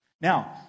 Now